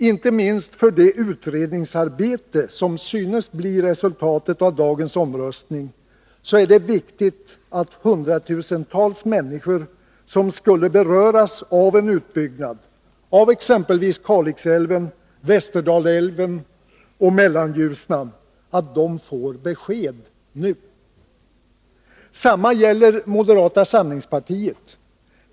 Inte minst för det utredningsarbete som synes bli resultatet av dagens omröstning är det viktigt att de hundratusentals människor som skulle beröras av en utbyggnad av exempelvis Kalixälven, Västerdalälven och Mellanljusnan får besked nu. Detsamma gäller moderata samlingspartiet.